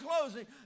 closing